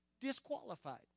Disqualified